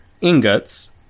ingots